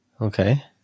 Okay